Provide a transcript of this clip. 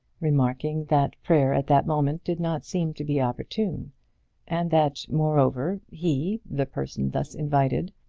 remarking that prayer at that moment did not seem to be opportune and that, moreover, he, the person thus invited,